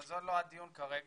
אבל זה לא הדיון כרגע.